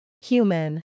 Human